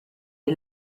est